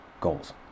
goals